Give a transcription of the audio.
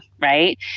right